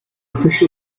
official